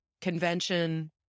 convention